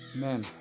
Man